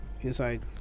inside